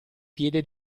piede